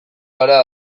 gara